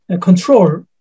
control